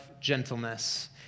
gentleness